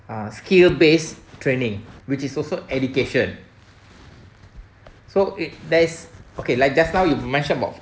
uh skill based training which is also education so it there is okay like just now you mention about